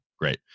Great